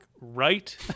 right